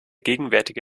gegenwärtige